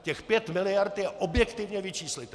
Těch pět miliard je objektivně vyčíslitelných.